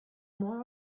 more